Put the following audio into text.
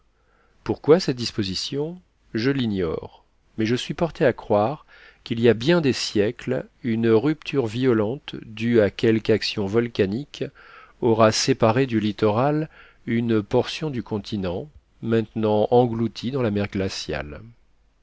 pourquoi cette disposition je l'ignore mais je suis porté à croire qu'il y a bien des siècles une rupture violente due à quelque action volcanique aura séparé du littoral une portion du continent maintenant engloutie dans la mer glaciale